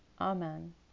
Amen